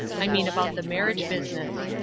i mean about the marriage business.